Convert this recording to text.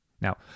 Now